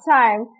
time